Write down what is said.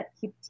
keep